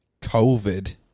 COVID